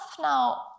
now